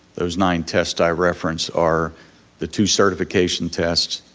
those nine tests i reference are the two certification tests,